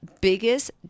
biggest